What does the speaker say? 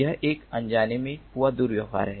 यह एक अनजाने में हुआ दुर्व्यवहार है